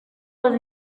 les